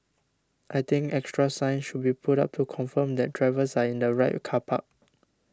I think extra signs should be put up to confirm that drivers are in the right car park